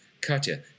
Katya